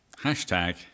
Hashtag